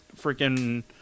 freaking